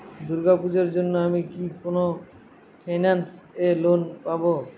দূর্গা পূজোর জন্য আমি কি কোন ফাইন্যান্স এ লোন পাবো?